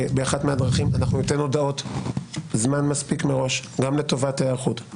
באחת מהדרכים ניתן הודעות זמן מספיק מראש גם לטובת ההיערכות.